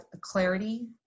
clarity